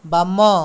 ବାମ